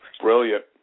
Brilliant